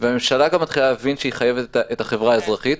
והממשלה גם מתחילה להבין שהיא חייבת את החברה האזרחית,